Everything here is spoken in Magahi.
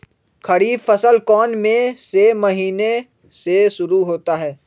खरीफ फसल कौन में से महीने से शुरू होता है?